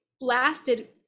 lasted